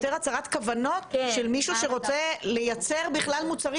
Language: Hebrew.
יותר הצהרת כוונות של מישהו שרוצה ליצר מוצרים,